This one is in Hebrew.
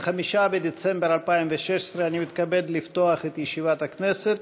5 בדצמבר 2016. אני מתכבד לפתוח את ישיבת הכנסת.